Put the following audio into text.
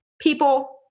people